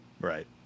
Right